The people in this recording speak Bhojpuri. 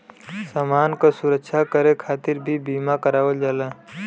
समान क सुरक्षा करे खातिर भी बीमा करावल जाला